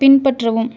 பின்பற்றவும்